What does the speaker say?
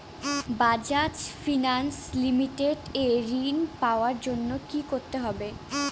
Bajaj finance limited এ ঋন পাওয়ার জন্য কি করতে হবে?